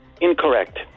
Incorrect